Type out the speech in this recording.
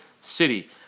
city